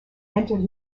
entered